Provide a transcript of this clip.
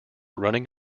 running